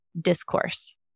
discourse